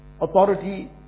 authority